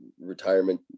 retirement